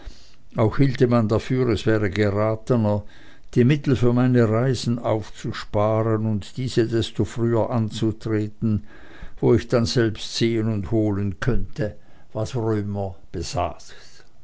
auch hielte man dafür es wäre geratener die mittel für meine reisen aufzusparen und diese desto früher anzutreten wo ich dann selbst sehen und holen könne was römer besäße